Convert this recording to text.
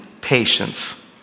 patience